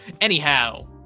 Anyhow